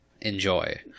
enjoy